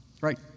right